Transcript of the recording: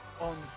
on